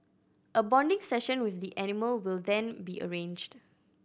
a bonding session with the animal will then be arranged